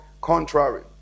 contrary